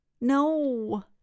No